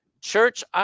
Church